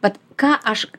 vat ką aš